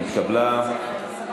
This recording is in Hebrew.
נתקבלה.